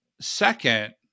second